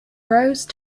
rose